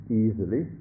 easily